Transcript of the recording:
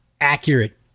accurate